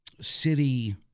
city